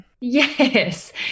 Yes